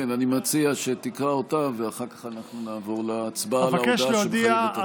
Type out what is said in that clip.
אני מציע שתקרא אותה ואחר כך אנחנו נעבור להצבעה על ההודעה שלך.